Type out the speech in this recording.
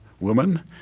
woman